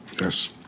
Yes